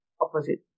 opposite